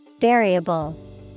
Variable